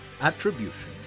Attribution